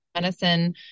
medicine